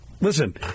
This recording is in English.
listen